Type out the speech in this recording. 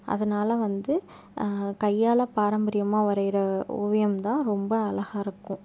அதனால வந்து கையால் பாரம்பரியமாக வரைகிற ஓவியம் தான் ரொம்ப அழகாக இருக்கும்